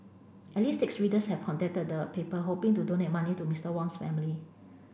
at least six readers have contacted the paper hoping to donate money to Mister Wang's family